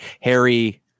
harry